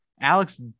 Alex